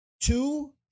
Two